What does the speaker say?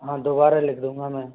हाँ दोबारा लिख दूँगा मैं